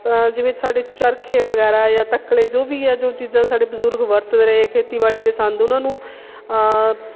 ਜਿਵੇਂ ਸਾਡੇ ਚਰਖੇ ਵਗੈਰਾ ਜਾਂ ਤੱਕਲੇ ਜੋ ਵੀ ਆ ਜੋ ਚੀਜ਼ਾਂ ਸਾਡੇ ਬਜ਼ੁਰਗ ਵਰਤਦੇ ਰਹੇ ਖੇਤੀਬਾੜੀ ਦੇ ਸੰਦ ਉਹਨਾਂ ਨੂੰ